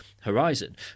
horizon